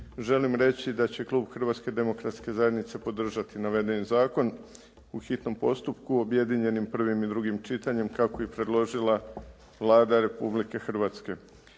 želim reći da će klub Hrvatske demokratske zajednice podržati navedeni zakon u hitnom postupku objedinjenim prvim i drugim čitanjem kako je predložila Vlada Republike Hrvatske.